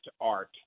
art